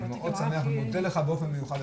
אני מודה לך באופן מיוחד,